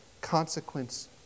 consequence